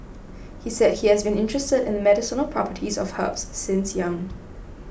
he said he has been interested in the medicinal properties of herbs since young